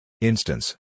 Instance